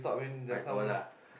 uh no lah